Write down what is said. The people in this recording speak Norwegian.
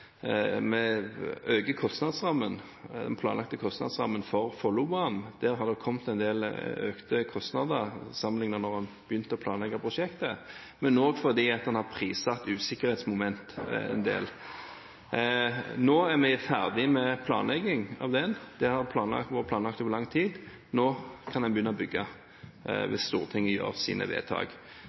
den planlagte kostnadsrammen for Follobanen. Der har det kommet en del økte kostnader sammenlignet med da en begynte å planlegge prosjektet, men også fordi en har prissatt usikkerhetsmomenter en del. Nå er vi ferdig med planleggingen av den. Det har vært planlagt over lang tid. Nå kan en begynne å bygge, hvis Stortinget gjør sine vedtak.